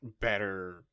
better